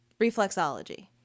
Reflexology